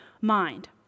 mind